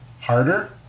harder